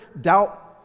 doubt